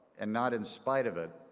and not in spite of it,